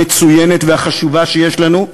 המצוינת והחשובה שיש לנו,